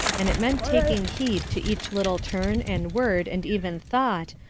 and it meant taking heed to each little turn and word and even thought,